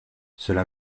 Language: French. cela